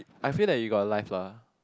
I feel that you got a life lah